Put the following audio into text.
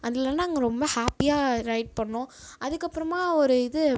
அதில் நாங்கள் ரொம்ப ஹேப்பியாக ரைட் பண்ணோம் அதுக்கப்புறமா ஒரு இது